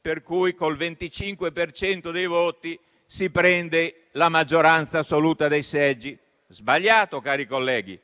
per cui, con il 25 per cento dei voti, si prende la maggioranza assoluta dei seggi: sbagliato, cari colleghi;